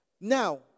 now